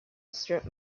strip